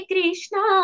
Krishna